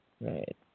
Right